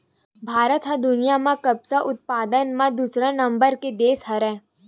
भारत ह दुनिया म कपसा उत्पादन म दूसरा नंबर के देस हरय